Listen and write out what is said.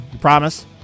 promise